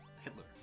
Hitler